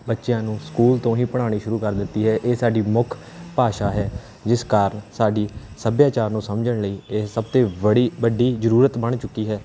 ਬੱਚਿਆਂ ਨੂੰ ਸਕੂਲ ਤੋਂ ਹੀ ਪੜ੍ਹਾਉਣੀ ਸ਼ੁਰੂ ਕਰ ਦਿੱਤੀ ਹੈ ਇਹ ਸਾਡੀ ਮੁੱਖ ਭਾਸ਼ਾ ਹੈ ਜਿਸ ਕਾਰਨ ਸਾਡੀ ਸੱਭਿਆਚਾਰ ਨੂੰ ਸਮਝਣ ਲਈ ਇਹ ਸਭ ਤੋਂ ਬੜੀ ਵੱਡੀ ਜ਼ਰੂਰਤ ਬਣ ਚੁੱਕੀ ਹੈ